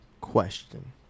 Question